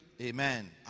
Amen